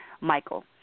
Michael